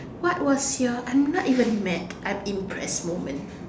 what was your I'm not even mad I'm impressed moment